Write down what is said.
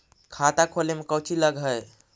खाता खोले में कौचि लग है?